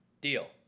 deal